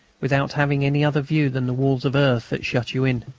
without having any other view than the walls of earth that shut you in.